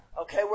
Okay